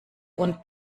und